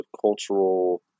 cultural